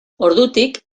ordutik